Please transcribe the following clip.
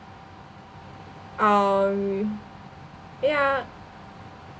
um yeah